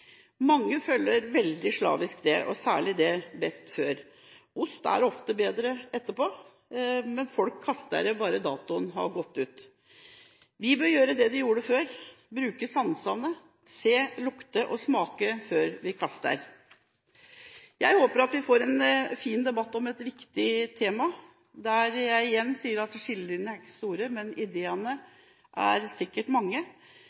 Mange følger dette veldig slavisk, og særlig det med «best før». Ost er ofte bedre etterpå, men folk kaster det bare det har gått ut på dato. Vi bør gjøre det de gjorde før: bruke sansene, se, lukte og smake før vi kaster. Jeg håper at vi får en fin debatt om et viktig tema der jeg igjen sier at skillelinjene ikke er store, men ideene sikkert mange.